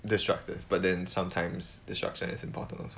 destructive but then sometimes destruction is important